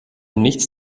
nichts